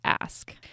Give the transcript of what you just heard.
ask